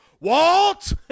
Walt